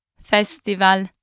Festival